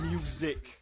Music